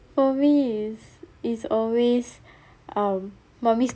for me it's it's always um mummy's